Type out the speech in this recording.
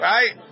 Right